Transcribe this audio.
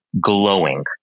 glowing